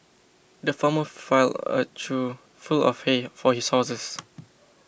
the farmer filled a trough full of hay for his horses